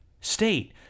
state